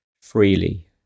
freely